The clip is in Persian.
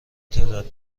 تعداد